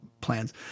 plans